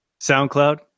soundcloud